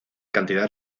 cantidad